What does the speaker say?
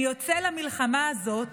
"אני יוצא למלחמה הזאת